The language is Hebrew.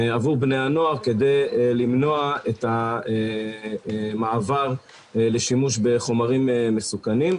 עבור בני הנוער כדי למנוע את המעבר לשימוש בחומרים מסוכנים.